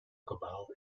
kabaal